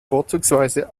vorzugsweise